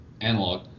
analog